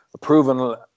proven